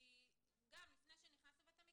גם לפני שנכנסתן,